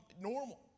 normal